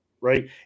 right